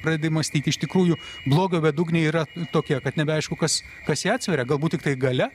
pradedi mąstyt iš tikrųjų blogio bedugnė yra tokia kad nebeaišku kas kas ją atsveria galbūt tiktai galia